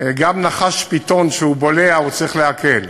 גם נחש פיתון, כשהוא בולע, הוא צריך לעכל.